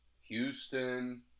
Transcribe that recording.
Houston